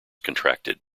contracted